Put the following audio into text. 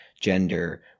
gender